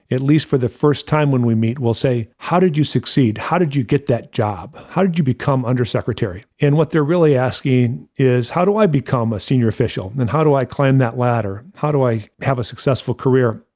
at least for the first time when we meet, will say how did you succeed? how did you get that job? how did you become undersecretary? and what they're really asking is how do i become a senior official? then how do i climb that ladder? how do i have a successful career?